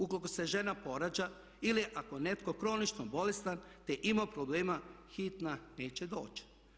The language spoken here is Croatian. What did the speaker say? Ukoliko se žena porađa ili ako je netko kronično bolestan, te ima problema hitna neće doći.